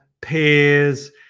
peers